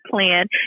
plan